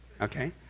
Okay